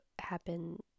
happen